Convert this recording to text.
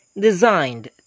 designed